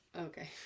Okay